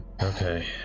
Okay